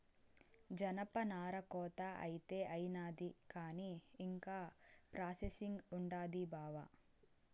జనపనార కోత అయితే అయినాది కానీ ఇంకా ప్రాసెసింగ్ ఉండాది బావా